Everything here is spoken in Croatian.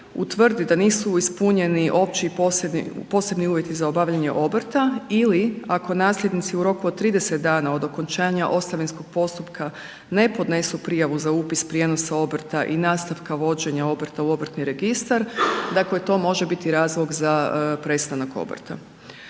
utvrdi da nisu ispunjeno opći i posebni uvjeti za obavljanje obrta ili ako nasljednici u roku od 30 dana od okončanja ostavinskog postupka ne podnesu prijavu za upis prijenosa obrta i nastavka obrta u Obrtni registar, dakle to može biti razlog za prestanak obrta.